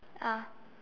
ah